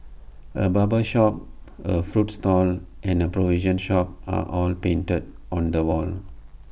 A barber shop A fruit stall and A provision shop are all painted on the wall